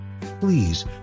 Please